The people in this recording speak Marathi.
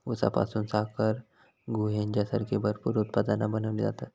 ऊसापासून साखर, गूळ हेंच्यासारखी भरपूर उत्पादना बनवली जातत